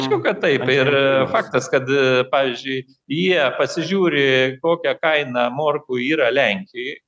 aišku kad taip ir e faktas kad pavyzdžiui jie pasižiūri kokią kainą morkų yra lenkijoj